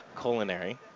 Culinary